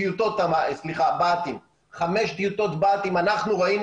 אנחנו ראינו,